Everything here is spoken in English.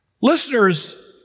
Listeners